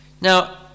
Now